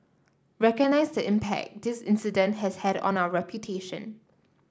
recognise the impact this incident has had on our reputation